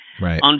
Right